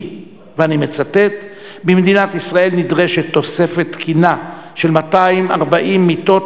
כי "במדינת ישראל נדרשת תוספת תקינה של 240 מיטות